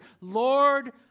Lord